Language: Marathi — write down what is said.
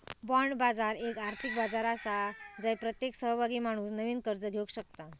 बाँड बाजार एक आर्थिक बाजार आसा जय प्रत्येक सहभागी माणूस नवीन कर्ज घेवक शकता